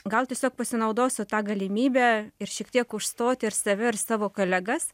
gal tiesiog pasinaudosiu ta galimybe ir šiek tiek užstoti ir save ir savo kolegas